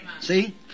See